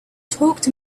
talked